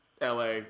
LA